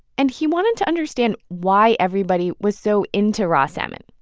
and he wanted to understand why everybody was so into raw salmon,